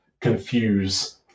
confuse